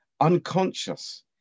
unconscious